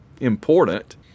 important